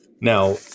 Now